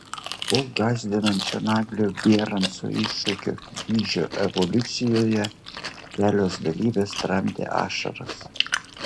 po gąsdinančio naglio bieranco iššūkio dydžio evoliucijoje kelios dalyvės tramdė ašaras